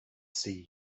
see